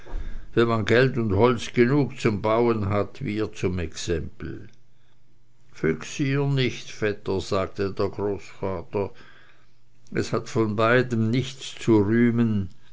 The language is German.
wenn man geld und holz genug zum bauen hat wie ihr zum exempel vexier nicht vetter sagte der großvater es hat von beidem nichts zu rühmen